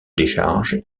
décharge